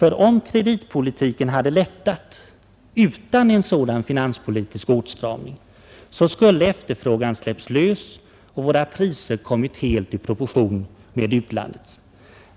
Om kreditpolitiken hade lättats — utan en finanspolitisk åtstramning — skulle efterfrågan ha släppts loss och våra priser kommit helt ur proportion med utlandets.